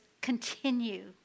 continue